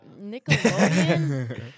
Nickelodeon